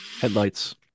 Headlights